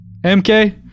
MK